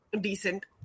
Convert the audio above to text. decent